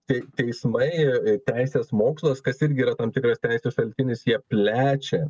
tei teismai teisės mokslas kas irgi yra tam tikras teisės šaltinis jie plečia